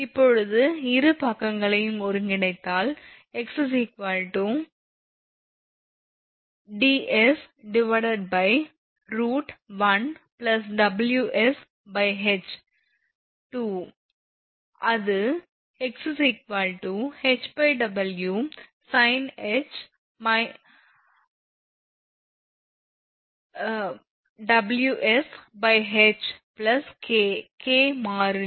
இப்போது இரு பக்கங்களையும் ஒருங்கிணைத்தால் x ∫ ds√1WsH 2 அது x HW sinh − 1 WsH K K மாறிலி